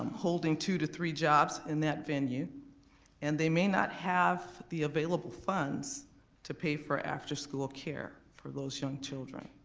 holding two to three jobs in that venue and they may not have the available funds to pay for afterschool care for those young children.